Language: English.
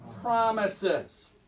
promises